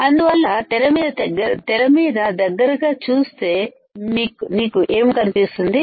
అందువల్ల తెరమీద దగ్గరగా చూస్తే నీకు ఏం కనిపిస్తుంది